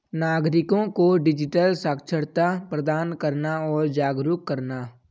नागरिको को डिजिटल साक्षरता प्रदान करना और जागरूक करना